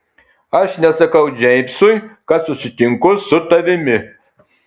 aš nesakau džeimsui kad susitinku su tavimi